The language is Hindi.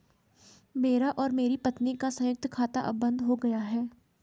मेरा और मेरी पत्नी का संयुक्त खाता अब बंद हो गया है